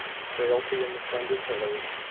frailty in the slender pillars,